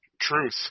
truth